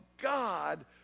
God